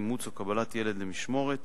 אימוץ או קבלת ילד למשמורת,